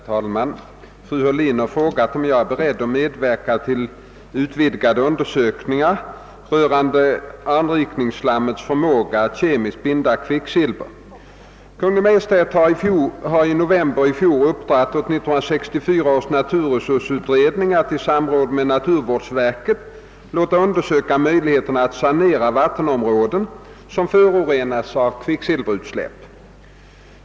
Herr talman! Fru. Heurlin har frågat mig, om jag är beredd att medver ka till utvidgade undersökningar rörande anrikningsslammets förmåga: att kemiskt binda kvicksilver. Kungl. Maj:t har i november i fjol uppdragit åt 1964 års naturresursutredning att i samråd med naturvårdsverket låta undersöka möjligheterna att sanera vattenområden, som förorenats av kvicksilverutsläpp.